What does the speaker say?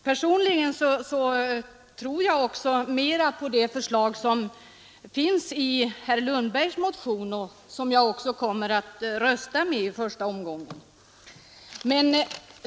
Personligen tror jag också mera på det förslag som finns i herr Lundbergs motion, som jag också kommer att rösta för i första omgången.